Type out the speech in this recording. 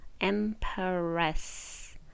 Empress